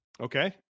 Okay